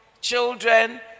children